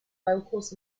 locals